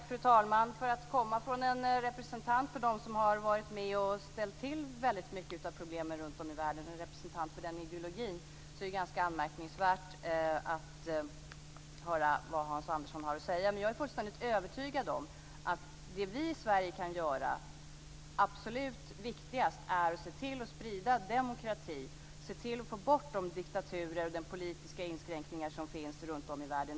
Fru talman! För att komma från en representant för en ideologi som ställt till med väldigt mycket av problemen runtom i världen är det Hans Andersson har att säga ganska anmärkningsvärt. Men jag är fullständigt övertygad om att det absolut viktigaste vi i Sverige kan göra är att sprida demokrati och se till att få bort de diktaturer och den politiska inskränkning som finns runtom i världen.